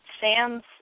Sam's